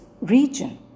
region